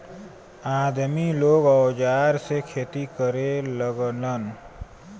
आदमी लोग औजार से खेती करे लगलन